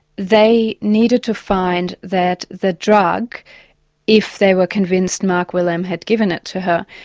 they needed to find that the drug if they were convinced mark wilhelm had given it to her,